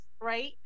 right